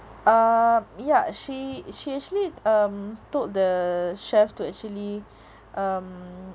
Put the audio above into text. um ya she she actually um told the chefs to actually um